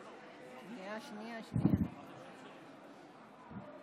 כל מה שאמרת פה זה נכון: ההצעה לא בשלה,